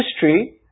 history